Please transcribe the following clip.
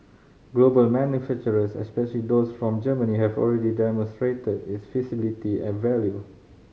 global manufacturers especially those from Germany have already demonstrated its feasibility and value